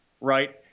Right